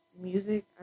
music